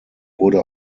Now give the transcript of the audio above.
wurde